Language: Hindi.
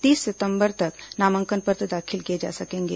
तीस सितंबर तक नामांकन पत्र दाखिल किए जा सकेंगे